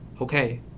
okay